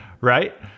right